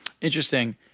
Interesting